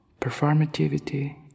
performativity